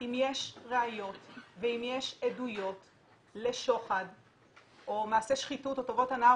אם יש ראיות ואם יש עדויות לשוחד או מעשי שחיתות או טובות הנאה,